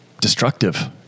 destructive